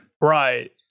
Right